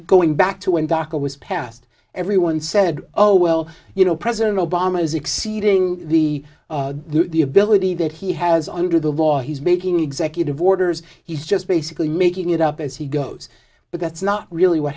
going back to when dr was passed everyone said oh well you know president obama is exceeding the the ability that he has under the law he's making executive orders he's just basically making it up as he goes but that's not really what